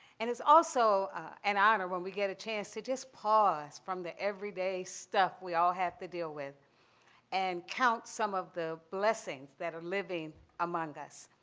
and it's also an honor when we get a chance to just pause from the every day stuff we all have to deal with and count some of the blessings that are living among us.